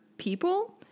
people